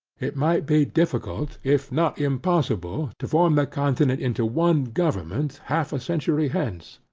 it might be difficult, if not impossible, to form the continent into one government half a century hence.